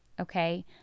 okay